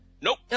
Nope